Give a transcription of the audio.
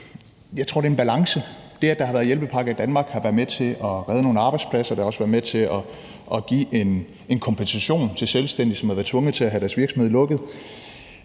jeg tror, det er en balance. Det, at der har været hjælpepakker i Danmark, har været med til at redde nogle arbejdspladser, og det har også været med til at give en kompensation til selvstændige, som har været tvunget til at have deres virksomhed lukket.